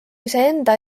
iseenda